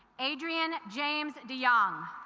adrian james deyoung